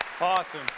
Awesome